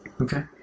Okay